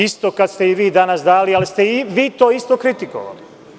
Isto kad ste i vi danas dali, ali ste i vi to isto kritikovali.